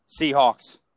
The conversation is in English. Seahawks